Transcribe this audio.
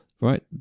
Right